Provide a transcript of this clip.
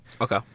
Okay